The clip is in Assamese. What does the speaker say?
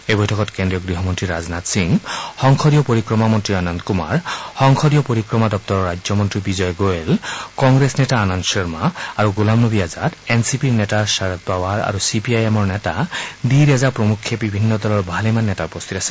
এই বৈঠকত কেন্দ্ৰীয় গৃহমন্ত্ৰী ৰাজনাথ সিং সংসদীয় পৰিক্ৰমা মন্ত্ৰী অনন্ত কুমাৰ সংসদীয় পৰিক্ৰমা দপ্তৰৰ ৰাজ্য মন্ত্ৰী বিজয় গোৱেল কংগ্ৰেছ নেতা আনন্দ শৰ্মা আৰু গোলাম নবী আজাদ এন চি পিৰ নেতা শাৰদ পাৱাৰ আৰু চি পি আই এমৰ নেতা দি ৰাজা প্ৰমুখ্যে বিভিন্ন দলৰ ভালেমান নেতা উপস্থিত আছে